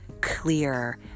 clear